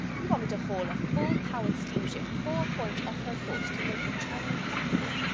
you want me to haul a full-powered steamship four points off her course to make the chinamen comfortable!